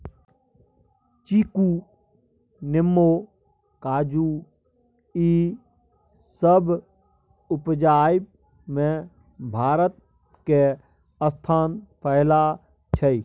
चीकू, नेमो, काजू ई सब उपजाबइ में भारत के स्थान पहिला छइ